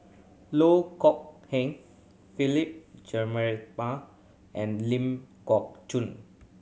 Loh Kok Heng Philip Jeyaretnam and Ling Geok Choon